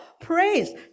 praise